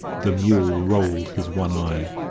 the mule rolled his one eye,